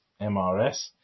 MRS